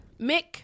mick